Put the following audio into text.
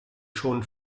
schon